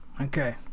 Okay